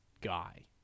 guy